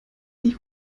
die